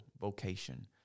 vocation